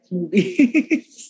movies